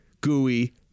gooey